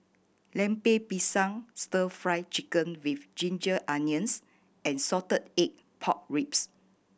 Lemper Pisang Stir Fry Chicken with ginger onions and salted egg pork ribs